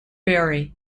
bury